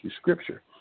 Scripture